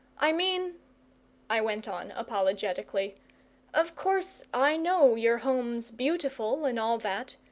i mean i went on apologetically of course i know your home's beautiful and all that.